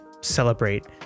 celebrate